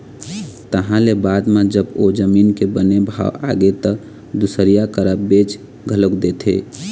तहाँ ले बाद म जब ओ जमीन के बने भाव आगे त दुसरइया करा बेच घलोक देथे